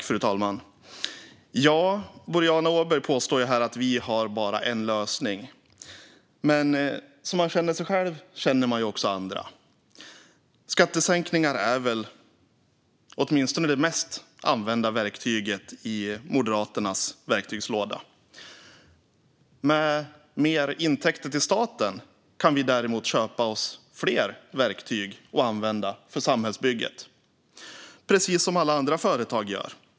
Fru talman! Boriana Åberg påstår här att vi bara har en lösning. Som man känner sig själv känner man också andra. Skattesänkningar är väl åtminstone det mest använda verktyget i Moderaternas verktygslåda. Med mer intäkter till staten kan vi däremot köpa oss fler verktyg att använda till samhällsbygget, precis som alla andra företag gör.